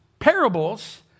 parables